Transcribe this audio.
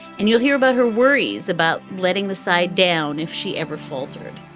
and you'll hear about her worries about letting the side down if she ever faltered.